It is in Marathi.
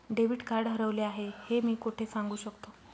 डेबिट कार्ड हरवले आहे हे मी कोठे सांगू शकतो?